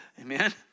Amen